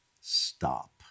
stop